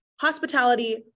hospitality